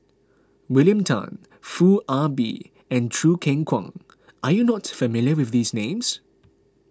William Tan Foo Ah Bee and Choo Keng Kwang are you not familiar with these names